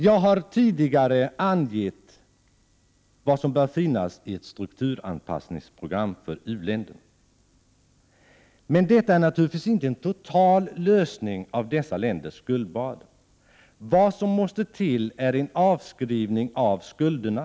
Jag har tidigare angett vad som bör finnas i ett strukturanpassningsprogram för u-länderna. Men detta är naturligtvis inte en total lösning av dessa länders skuldbörda. Vad som måste till är en avskrivning av skulderna.